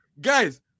guys